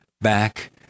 back